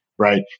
right